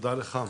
תודה לך.